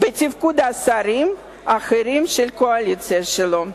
השרים האחרים של הקואליציה שלו.